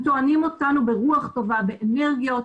הם טוענים אותנו ברוח טובה, באנרגיות,